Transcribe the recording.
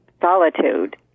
solitude